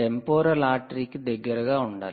temporal artery కి దగ్గరగా ఉండాలి